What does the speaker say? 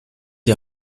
die